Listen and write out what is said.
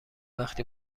وقتی